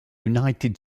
united